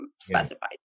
specified